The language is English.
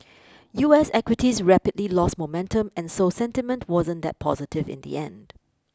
U S equities rapidly lost momentum and so sentiment wasn't that positive in the end